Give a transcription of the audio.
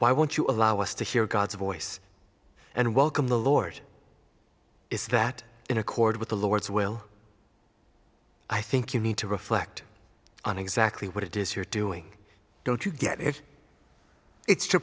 why won't you allow us to hear god's voice and welcome the lord is that in accord with the lord's will i think you need to reflect on exactly what it is here to ng don't you get it it's to